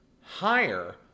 Higher